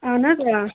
اہن حظ آ